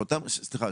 סליחה,